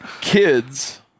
kids